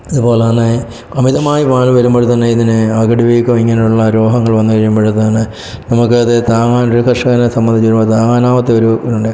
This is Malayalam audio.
ഇതുപോലെ തന്നെ അമിതമായി പാൽ വരുമ്പോഴത്തേന് ഇതിന് അകിട് വീക്കം ഇങ്ങനെയുള്ള രോഗങ്ങൾ വന്ന് കഴിയുമ്പോഴത്തേന് നമുക്കത് താങ്ങാനൊരു കർഷകനെ സംബന്ധിച്ച് വരുമ്പം താങ്ങാനാവാത്തെ ഒരു ഇതുണ്ട്